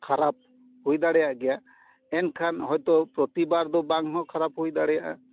ᱠᱷᱟᱨᱟᱯ ᱦᱩᱭ ᱫᱟᱲᱮᱭᱟᱜ ᱜᱮᱭᱟ ᱮᱱᱠᱷᱟᱱ ᱦᱳᱭᱛᱚ ᱯᱨᱚᱛᱤᱵᱟᱨ ᱫᱚ ᱵᱟᱝ ᱦᱚᱸ ᱠᱷᱟᱨᱟᱯ ᱦᱩᱭ ᱫᱟᱲᱮᱭᱟᱜᱼᱟ